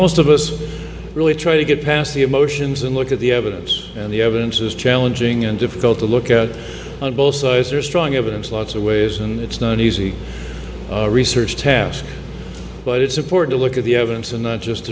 most of us really try to get past the emotions and look at the evidence and the evidence is challenging and difficult to look at on both sides are strong evidence lots of ways and it's not an easy research task but it's important to look at the evidence and not just